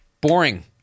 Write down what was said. boring